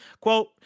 Quote